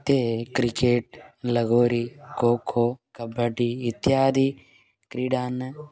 ते क्रिकेट् लगोरि खो खो कब्बड्डि इत्यादि क्रीडान्